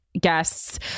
guests